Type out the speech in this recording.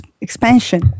expansion